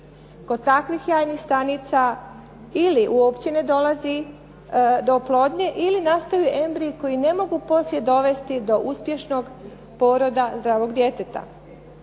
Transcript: Kod takvih jajnih stanica ili uopće ne dolazi do oplodnje ili nastaju embriji koji ne mogu poslije dovesti do uspješnog poroda zdravog djeteta.